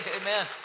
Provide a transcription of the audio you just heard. Amen